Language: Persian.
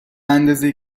اندازه